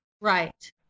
Right